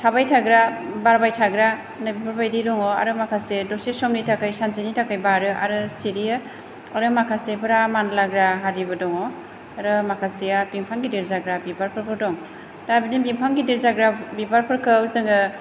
थाबाय थाग्रा बारबाय थाग्रा नैबेफोरबादि दङ आरो माखासे दसे समनि थाखाय सानसेनि थाखाय बारो आरो सिरियो आरो माखासेफ्रा मानलाग्रा हारिबो दङ आरो माखासेया बिफां गिदिर जाग्रा बिबारफोरबो दं दा बिदिनो बिफां गिदिर जाग्रा बिबारफोरखौ जोङो